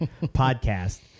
podcast